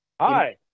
hi